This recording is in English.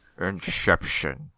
Inception